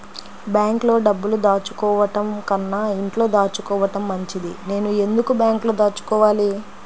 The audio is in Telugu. బ్యాంక్లో డబ్బులు దాచుకోవటంకన్నా ఇంట్లో దాచుకోవటం మంచిది నేను ఎందుకు బ్యాంక్లో దాచుకోవాలి?